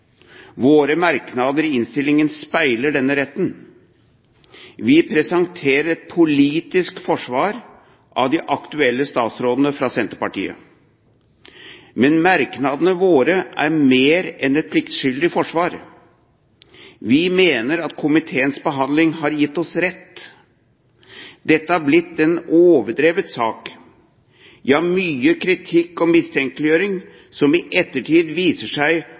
Våre merknader i innstillingen speiler denne retten. Vi presenterer et politisk forsvar av de aktuelle statsrådene fra Senterpartiet, men merknadene våre er mer enn et pliktskyldig forsvar. Vi mener at komiteens behandling har gitt oss rett. Dette har blitt en overdrevet sak – ja, mye kritikk og mistenkeliggjøring som i ettertid viser seg